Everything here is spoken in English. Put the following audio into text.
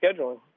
scheduling